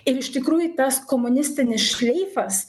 ir iš tikrųjų tas komunistinis šleifas